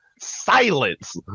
Silence